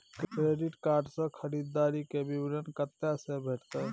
Credit card से खरीददारी के विवरण कत्ते से भेटतै?